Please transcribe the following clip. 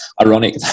ironic